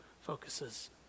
focuses